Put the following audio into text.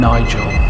Nigel